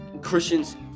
Christians